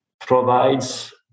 provides